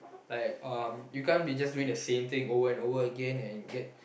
like um you can't be just doing the same thing over and over again and get